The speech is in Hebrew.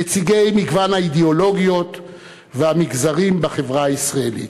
נציגי מגוון האידיאולוגיות והמגזרים בחברה הישראלית.